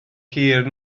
hir